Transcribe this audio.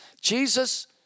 Jesus